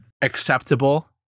acceptable